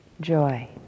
Joy